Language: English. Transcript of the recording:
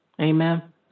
Amen